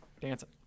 dancing